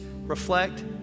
reflect